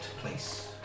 place